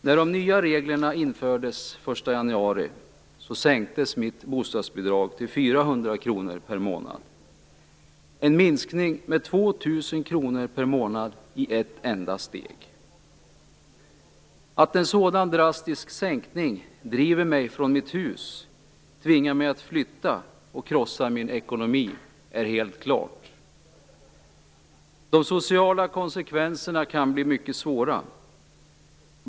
När de nya reglerna infördes den 1 januari sänktes mitt bostadsbidrag till 400 kr per månad - en minskning med 2 000 kr per månad i ett enda steg. Att en sådan drastisk sänkning driver mig från mitt hus, tvingar mig att flytta och krossar min ekonomi är helt klart. De sociala konsekvenserna kan bli mycket svåra.